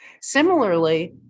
Similarly